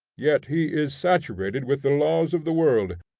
yet he is saturated with the laws of the world.